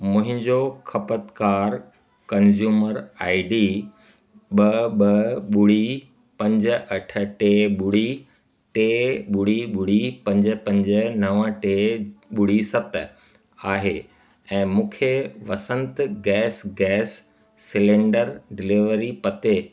मुंहिंजो ख़पतकार consumer I D ॿ ॿ ॿुड़ी पंज अठ टे ॿुड़ी टे ॿुड़ी ॿुड़ी पंज पंज नव टे ॿुड़ी सत आहे ऐं मूंखे Vasant gas gas cylinder delivery पते